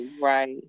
Right